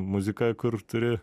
muzika kur turi